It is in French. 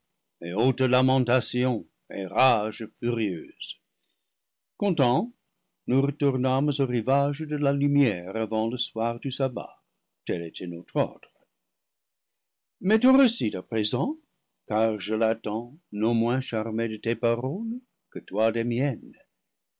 haute lamentation et rage furieuse contents nous retournâmes aux rivages de la lumière avant le soir du sabbat tel était notre ordre mais ton récit à présent car je l'attends non moins charmé de tes paroles que toi des miennes